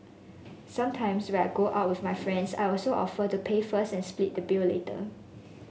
sometimes when I go out with my friends I also offer to pay first and split the bill later